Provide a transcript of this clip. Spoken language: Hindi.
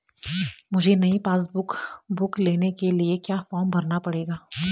मुझे नयी पासबुक बुक लेने के लिए क्या फार्म भरना पड़ेगा?